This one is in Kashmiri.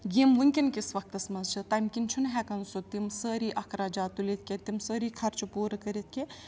یِم وٕنکٮ۪ن کِس وقتَس منٛز چھِ تمہِ کِنۍ چھُنہٕ ہٮ۪کان سُہ تِم سٲری اخراَجات تُلِتھ کینٛہہ تِم سٲری خرچہٕ پوٗرٕ کٔرِتھ کیٚنٛہہ